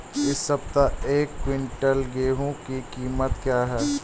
इस सप्ताह एक क्विंटल गेहूँ की कीमत क्या है?